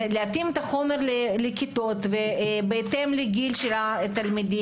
זה להתאים את החומר לכיתות ובהתאם לגיל התלמידים,